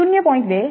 2V2 0